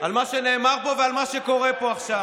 על מה שנאמר פה ועל מה שקורה פה עכשיו.